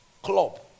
club